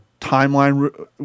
timeline